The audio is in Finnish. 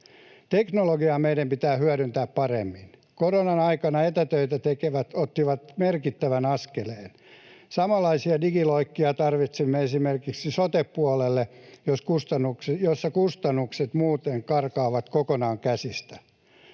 Teknologiaa meidän pitää hyödyntää paremmin. Koronan aikana etätöitä tekevät ottivat merkittävän askeleen. Samanlaisia digiloikkia tarvitsemme esimerkiksi sote-puolelle, missä kustannukset muuten karkaavat kokonaan käsistä.